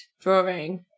drawing